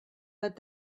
but